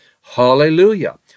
hallelujah